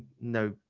no